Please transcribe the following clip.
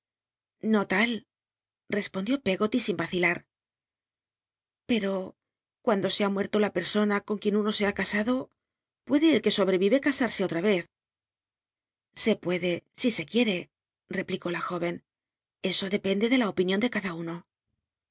no tal respondió pcggoty sin racilat pero cuando e ha mucrto la per sona con quien uno e ha l'a ado ucdc el que sobre'i'c casarsc otra yci se tnur c quiere rc licó la jó cn c o cle ende de la opinion de cnln uno